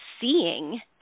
seeing